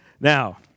Now